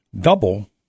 double